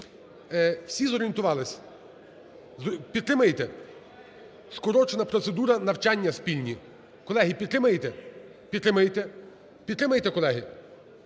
Всі зорієнтувались? Підтримаєте? Скорочена процедура, навчання спільні. Колеги, підтримаєте? Підтримаєте. Підтримаєте, колеги?